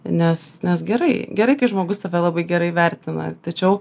nes nes gerai gerai kai žmogus tave labai gerai vertina tačiau